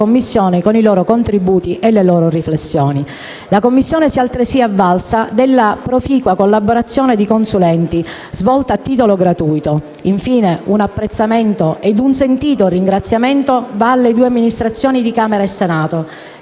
La Commissione si è altresì avvalsa della proficua collaborazione di consulenti, svolta a titolo gratuito. Infine, un apprezzamento e un sentito ringraziamento va alle due amministrazioni di Camera e Senato,